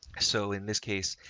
so in this case,